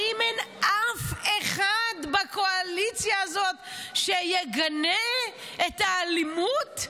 האם אין אף אחד בקואליציה הזאת שיגנה את האלימות?